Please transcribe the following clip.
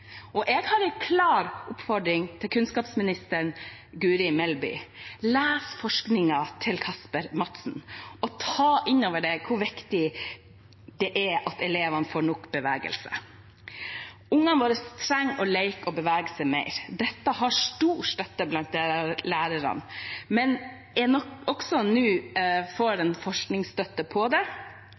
Jeg har en klar oppfordring til kunnskapsminister Guri Melby: Les forskningen til Kasper Madsen, og ta inn over deg hvor viktig det er at elevene får nok bevegelse. Ungene våre trenger å leke og bevege seg mer. Dette har stor støtte blant lærerne, og nå får en også forskningsstøtte for at en lærer mer ved å være fysisk aktiv. Det